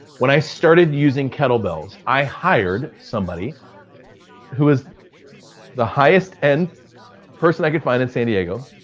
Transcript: when i started using kettlebells, i hired somebody who was the highest-end person i could find in san diego,